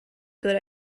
good